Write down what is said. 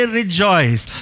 rejoice